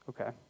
Okay